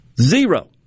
zero